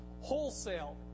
wholesale